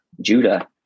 Judah